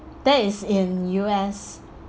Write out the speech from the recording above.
that is in U_S